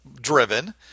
driven